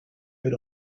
load